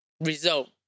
result